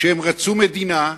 כשהם רצו מדינה?